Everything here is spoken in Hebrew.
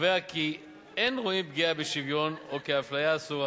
קובע כי אין רואים פגיעה בשוויון או הפליה אסורה